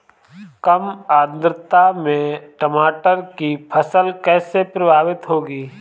कम आर्द्रता में टमाटर की फसल कैसे प्रभावित होगी?